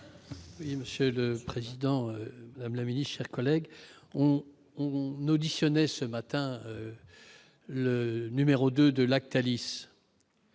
Oui, monsieur le président, même la Mini chers collègues on on n'auditionnait ce matin le numéro 2 de Lactalis